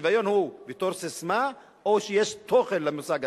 השוויון הוא בתור ססמה או שיש תוכן למושג הזה?